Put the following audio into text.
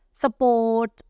support